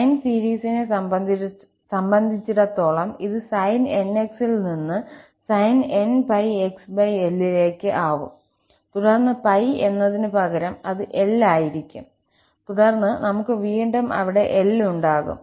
sign സീരീസിനെ സംബന്ധിച്ചിടത്തോളം അത് sin 𝑛𝑥 ൽ നിന്ന് sin 𝑛𝜋𝑥𝐿 ലേക്ക് ആവും തുടർന്ന് 𝜋 എന്നതിനുപകരം അത് 𝐿 ആയിരിക്കും തുടർന്ന് നമുക്ക് വീണ്ടും അവിടെ 𝐿 ഉണ്ടാകും